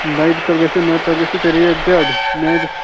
night تہِ گژھِ مَگر تَتھ گژھیو تیٚلہِ ریٹ زیادٕ نایٹَس